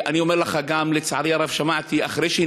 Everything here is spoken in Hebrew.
אני אומר לך גם שלצערי הרב שמעתי שאחרי שהיא